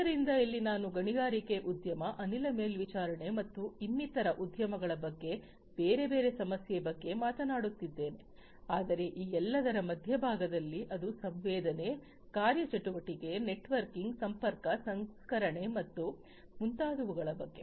ಆದ್ದರಿಂದ ಇಲ್ಲಿ ನಾನು ಗಣಿಗಾರಿಕೆ ಉದ್ಯಮ ಅನಿಲ ಮೇಲ್ವಿಚಾರಣೆ ಮತ್ತು ಇನ್ನಿತರ ಉದ್ಯಮಗಳ ಬಗ್ಗೆ ಬೇರೆ ಬೇರೆ ಸಮಸ್ಯೆಗಳ ಬಗ್ಗೆ ಮಾತನಾಡುತ್ತಿದ್ದೇನೆ ಆದರೆ ಈ ಎಲ್ಲದರ ಮಧ್ಯಭಾಗದಲ್ಲಿ ಅದು ಸಂವೇದನೆ ಕಾರ್ಯಚಟುವಟಿಕೆ ನೆಟ್ವರ್ಕಿಂಗ್ ಸಂಪರ್ಕ ಸಂಸ್ಕರಣೆ ಮತ್ತು ಮುಂತಾದವುಗಳ ಬಗ್ಗೆ